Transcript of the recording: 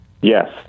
Yes